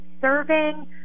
serving